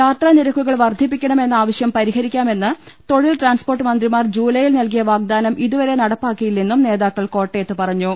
യാത്രാനിരക്കു കൾ വർദ്ധിപ്പിക്കണമെന്ന ആവശ്യം പരിഹരിക്കാമെന്ന് തൊഴിൽ ട്രാൻസ്പോർട്ട് മന്ത്രിമാർ ജൂലൈയിൽ നൽകിയ വാഗ്ദാനം ഇതു വരെ നടപ്പാക്കിയില്ലെന്നും നേതാക്കൾ കോട്ടയത്ത് പറഞ്ഞു